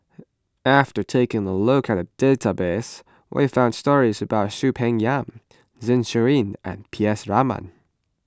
after taking a look at the database we found stories about Soon Peng Yam Zeng Shouyin and P S Raman